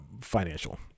financial